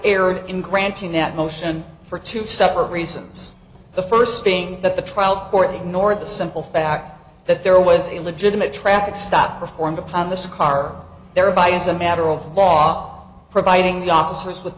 erred in granting that motion for two separate reasons the first being that the trial court ignored the simple fact that there was a legitimate traffic stop performed upon this car thereby as a matter of law providing the officers with